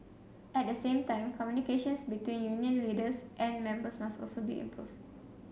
at the same time communications between union leaders and members must also be improved